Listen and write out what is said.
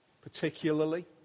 particularly